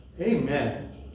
Amen